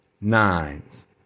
nines